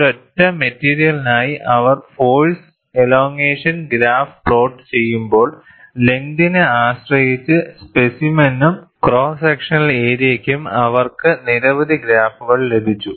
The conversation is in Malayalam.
ഒരൊറ്റ മെറ്റീരിയലിനായി അവർ ഫോഴ്സ് എലോംഗേഷൻ ഗ്രാഫ് പ്ലോട്ട് ചെയ്യുമ്പോൾ ലെങ്തിനെ ആശ്രയിച്ച് സ്പെസിമെനും ക്രോസ് സെക്ഷണൽ ഏരിയയ്ക്കും അവർക്ക് നിരവധി ഗ്രാഫുകൾ ലഭിച്ചു